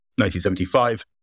1975